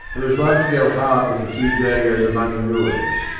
and it was like to go hard with the few jagos among the ruins.